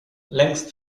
längst